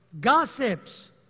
gossips